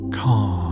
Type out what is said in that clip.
car